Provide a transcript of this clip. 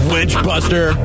Witchbuster